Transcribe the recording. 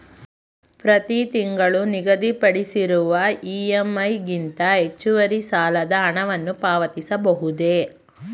ಪ್ರತಿ ತಿಂಗಳು ನಿಗದಿಪಡಿಸಿರುವ ಇ.ಎಂ.ಐ ಗಿಂತ ಹೆಚ್ಚುವರಿ ಸಾಲದ ಹಣವನ್ನು ಪಾವತಿಸಬಹುದೇ?